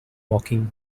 walking